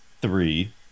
Three